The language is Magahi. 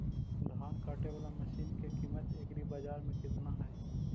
धान काटे बाला मशिन के किमत एग्रीबाजार मे कितना है?